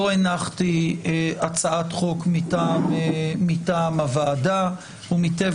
לא הנחתי הבוקר הצעת חוק מטעם הוועדה ומטבע